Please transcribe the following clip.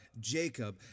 Jacob